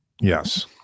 Yes